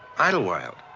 idlewild.